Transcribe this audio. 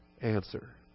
answer